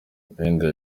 wenda